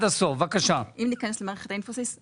ניכנס למערכת האימפסיס,